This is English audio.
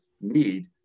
need